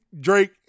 Drake